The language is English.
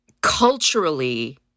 culturally